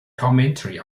commentary